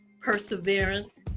perseverance